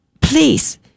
please